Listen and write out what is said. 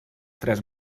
tres